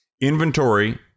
Inventory